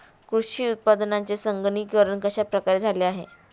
कृषी उत्पादनांचे संगणकीकरण कश्या प्रकारे झाले आहे?